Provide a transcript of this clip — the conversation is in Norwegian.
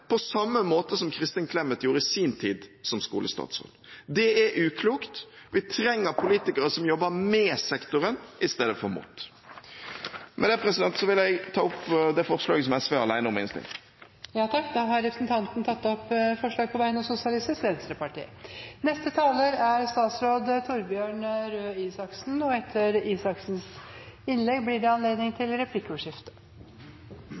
på samme måte som Kristin Clemet gjorde i sin tid som skolestatsråd. Det er uklokt. Vi trenger politikere som jobber med sektoren istedenfor imot. Med dette vil jeg ta opp det forslaget som SV er alene om i innstillingen. Representanten Audun Lysbakken har tatt opp det forslaget han refererte til. Med dokumentet «Lærerløftet – på lag for kunnskapsskolen» ønsket regjeringen å bidra til at vi får en skole der elevene lærer mer. En viktig del av det